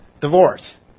divorce